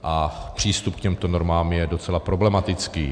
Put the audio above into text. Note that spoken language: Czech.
A přístup k těmto normám je docela problematický.